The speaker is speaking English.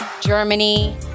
Germany